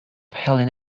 helen